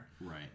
Right